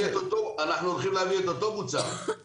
אנחנו הולכים להביא את אותו מוצר.